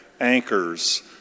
anchors